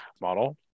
model